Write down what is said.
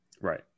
Right